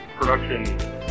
production